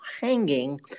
hanging